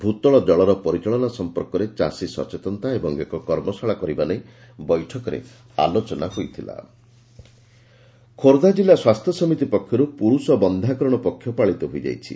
ଭୂତଳ ଜଳର ପରିଚାଳନା ସଂପର୍କରେ ଚାଷୀ ସଚେତନତା ଏବଂ ଏକ କର୍ମଶାଳା କରିବା ନେଇ ମଧ୍ୟ ବୈଠକରେ ଆଲୋଚନା ହୋଇଛି ବନ୍ଧ୍ୟାକରଣ ପକ୍ଷ ଖୋର୍ବ୍ଧା ଜିଲ୍ଲା ସ୍ୱାସ୍ସ୍ୟ ସମିତି ପକ୍ଷରୁ ପୁରୁଷ ବକ୍ଷ୍ୟାକରଣ ପକ୍ଷ ପାଳିତ ହୋଇଯାଇଛି